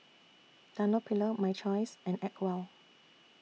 Dunlopillo My Choice and Acwell